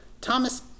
Thomas